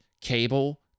Cable